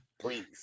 please